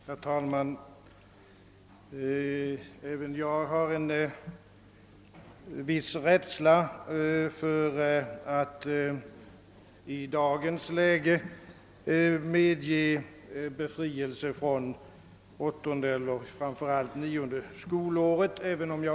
Herr talman! Även jag hyser en viss rädsla för att i dagens läge medge befrielse från åttonde och framför allt nionde skolåret.